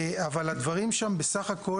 אבל בסך הכל,